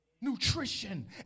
nutrition